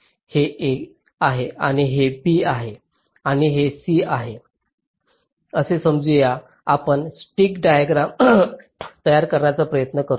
हे A आहे हे B आहे आणि हे C आहे असे समजू या आपण स्टिक डायग्राम काढण्याचा प्रयत्न करू